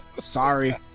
Sorry